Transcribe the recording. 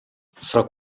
fra